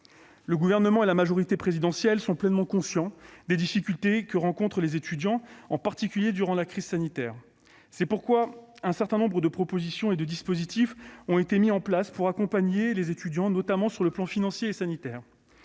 Le Gouvernement et la majorité présidentielle sont pleinement conscients des difficultés que rencontrent les étudiants, en particulier durant la crise sanitaire. C'est pourquoi un certain nombre de dispositifs ont été mis en place pour accompagner les étudiants, notamment d'un point de vue financier et sanitaire.